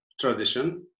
tradition